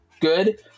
Good